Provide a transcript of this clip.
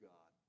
God